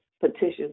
petitions